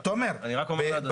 אני רק אומר לאדוני --- תומר,